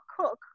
cook